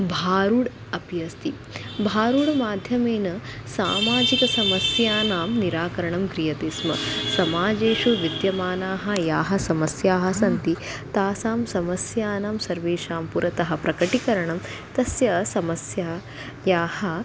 भारूड् अपि अस्ति भारूड् माध्यमेन सामाजिकसमस्यानां निराकरणं क्रियते स्म समाजेषु विद्यमानाः याः समस्याः सन्ति तासां समस्यानां सर्वेषां पुरतः प्रकटीकरणं तस्याः समस्यायाः